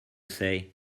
say